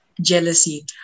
jealousy